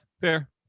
fair